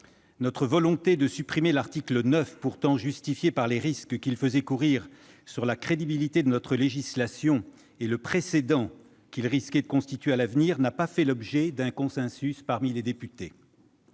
Notre volonté de supprimer l'article 9, pourtant justifiée par les risques que ce dernier faisait courir sur la crédibilité de notre législation et le précédent qu'il risquait de constituer à l'avenir, n'a pas fait l'objet d'un consensus parmi les députés.